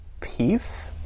peace